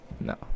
No